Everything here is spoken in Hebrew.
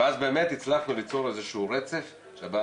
ואז באמת הצלחנו ליצור איזה שהוא רצף שהבן